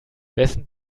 wessen